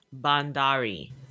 Bandari